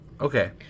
okay